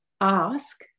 ask